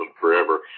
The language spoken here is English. forever